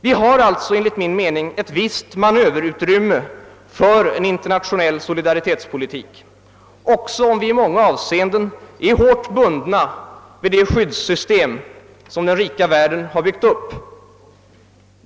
Vi har alltså enligt min mening ett visst manöverutrymme för en internationell solidaritetspolitik, även om vi i många avseenden är hårt bundna vid det skyddssystem som den rika världen har byggt upp.